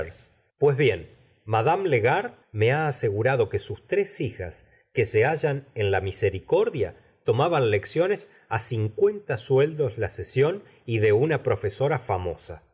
ues bien mad llegeard me ha aseg urado que sus tres hijas que se hallan en la misericordia tomaban lecciones á cincuenta sueldos la sesión y de una profesora famosa